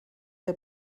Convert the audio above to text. der